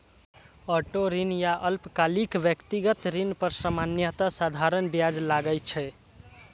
auto ऋण या अल्पकालिक व्यक्तिगत ऋण पर सामान्यतः साधारण ब्याज लागै छै